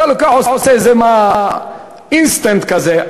אתה עושה איזה אינסטנט כזה,